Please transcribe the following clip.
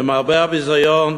למרבה הביזיון,